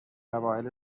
قبایل